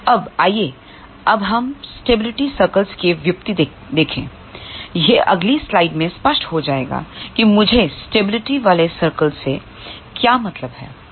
अब आइए अब हम स्टेबिलिटी सर्कल्स की व्युत्पत्ति देखें यह अगली स्लाइड में स्पष्ट हो जाएगा कि मुझे स्टेबिलिटी वाले सर्कल्स से क्या मतलब है